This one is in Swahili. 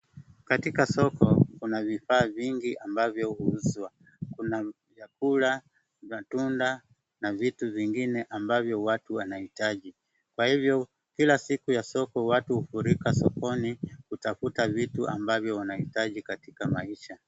Katika soko kuna vifaa vingi ambao huuzwa. Kuna vyakula, matunda na vitu vingine ambavyo watu wanahitaji. Kwa hivyo, kila siku ya soko watu hufurika sokoni kutafuta vitu ambavyo watu wanahitaji katika maisha.